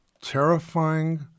terrifying